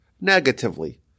negatively